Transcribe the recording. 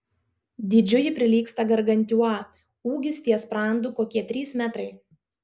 dydžiu ji prilygsta gargantiua ūgis ties sprandu kokie trys metrai